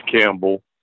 Campbell